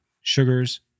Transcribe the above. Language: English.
sugars